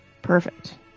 Perfect